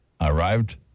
arrived